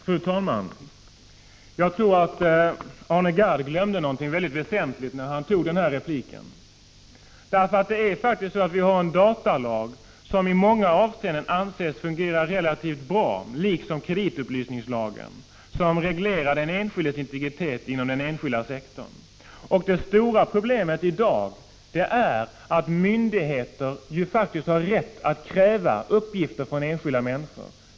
Fru talman! Jag tror att Arne Gadd i sin replik glömde någonting väldigt väsentligt, för det är faktiskt så att vi har en datalag som i många avseenden anses fungera relativt bra — liksom kreditupplysningslagen — och som reglerar den enskildes integritet inom den enskilda sektorn. Det stora problemet i dag är att myndigheter faktiskt har rätt att kräva uppgifter från enskilda människor.